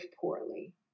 poorly